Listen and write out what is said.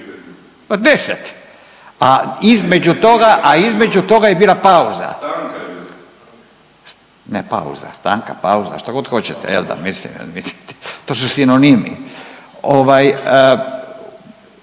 toga, a između tog je bila pauza. …/Upadica: Stanka je bila./… Ne pauza, stanka, pauza šta god hoćete jel da, mislim, mislim to su sinonimi. Ovaj